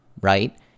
Right